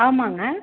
ஆமாங்க